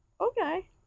okay